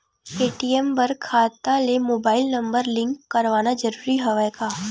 ATM बर खाता ले मुबाइल नम्बर लिंक करवाना ज़रूरी हवय का?